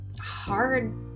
hard